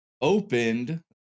opened